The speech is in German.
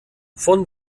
von